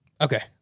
Okay